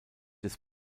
des